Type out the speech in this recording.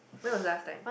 when was the last time